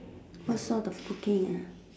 what sort of cooking